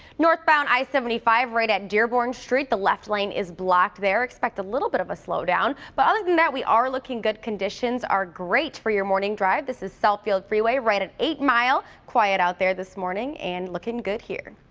northbound i seventy five right at dearborn street. the left lane is blocked there. expect a little bit of a slowdown. but other than that, we are looking good. conditions are great for the morning drive. this is southfield freeway at eight mile, quiet out there this morning and looking good here.